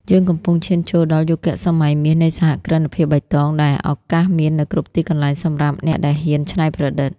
យើងកំពុងឈានចូលដល់ "យុគសម័យមាសនៃសហគ្រិនភាពបៃតង" ដែលឱកាសមាននៅគ្រប់ទីកន្លែងសម្រាប់អ្នកដែលហ៊ានច្នៃប្រឌិត។